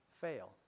fail